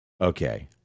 Okay